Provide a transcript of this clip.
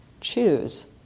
choose